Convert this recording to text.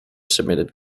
submitted